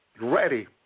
Ready